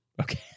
Okay